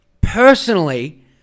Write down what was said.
personally